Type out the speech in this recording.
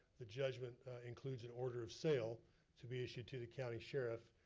the judgment includes an order of sale to be issued to the county sheriff.